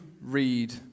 read